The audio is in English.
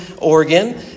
Oregon